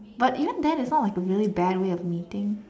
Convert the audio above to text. but even then it's not like a really bad way of meeting